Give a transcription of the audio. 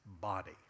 body